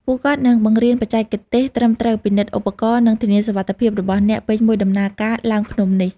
ពួកគាត់នឹងបង្រៀនបច្ចេកទេសត្រឹមត្រូវ ពិនិត្យឧបករណ៍ និងធានាសុវត្ថិភាពរបស់អ្នកពេញមួយដំណើរការឡើងភ្នំនេះ។